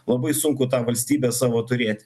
labai sunku tą valstybę savo turėti